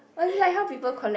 was like how people collect